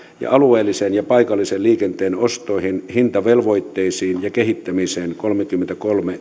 ja alueellisen ja paikallisen liikenteen ostoihin hintavelvoitteisiin ja kehittämiseen kolmekymmentäkolme